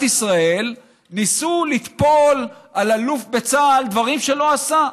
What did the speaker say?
ישראל ניסו לטפול על אלוף בצה"ל דברים שלא עשה?